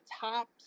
top